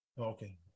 Okay